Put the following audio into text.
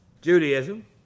Judaism